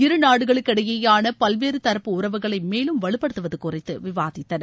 இரு நாடுகளுக்கிடையேயாள பல்வேறு தரப்பு உறவுகளை மேலும் வலுப்படுத்துவது குறித்து விவாதித்தனர்